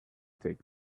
take